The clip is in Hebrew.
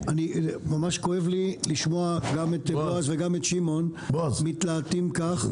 ממש כואב לי לשמוע גם את בועז וגם את שמעון מתלהטים כך.